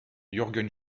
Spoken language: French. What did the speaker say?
jürgen